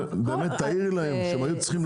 באמת, תעירי להם שהם היו צריכים לבוא.